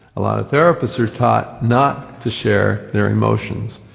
a lot of therapists are taught not to share their emotions,